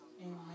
Amen